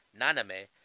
Naname